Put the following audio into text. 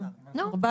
14. נו,